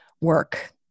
work